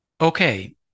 Okay